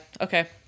okay